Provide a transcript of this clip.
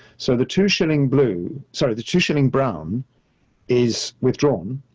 so the two shilling blue, sorry, the two shilling brown is withdrawn.